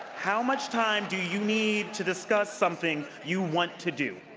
how much time do you need to discuss something you want to do?